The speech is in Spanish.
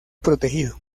protegido